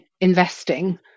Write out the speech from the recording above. investing